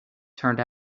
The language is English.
turned